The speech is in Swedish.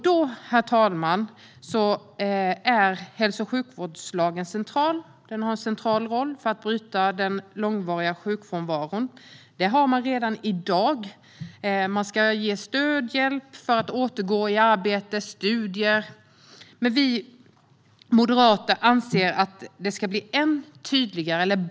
Då, herr talman, har hälso och sjukvårdslagen en central roll för att bryta den långvariga sjukfrånvaron. Redan i dag ska man ges stöd och hjälp och erbjudas studier för att kunna återgå i arbete.